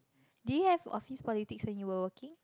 do you have office politics when you were working